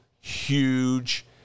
huge